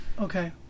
Okay